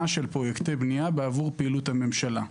של פרויקטי בנייה בעבור פעילות הממשלה,